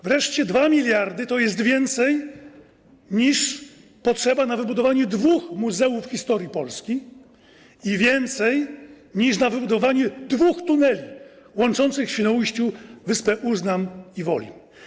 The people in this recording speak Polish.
Wreszcie 2 mld to jest więcej, niż potrzeba na wybudowanie dwóch muzeów historii Polski, i więcej niż na wybudowanie dwóch tuneli łączących w Świnoujściu wyspę Uznam i Wolin.